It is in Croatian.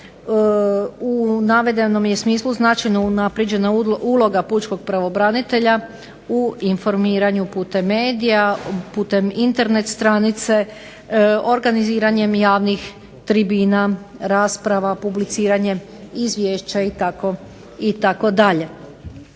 U navedenom je smislu značajno unaprijeđena uloga Pučkog pravobranitelja u informiranju putem medija, putem Internet stranice, organiziranjem javnih tribina, rasprava, publiciranje, izvješća itd.